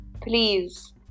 please